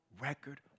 record